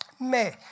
Mais